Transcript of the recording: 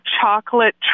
chocolate